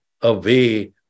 away